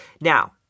Now